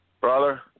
Brother